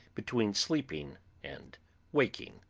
between sleeping and waking.